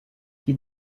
qui